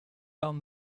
down